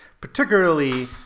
particularly